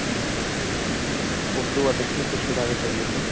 ہوں ہوں اردو ادب کی کچھ کتابیں چاہیے تھیں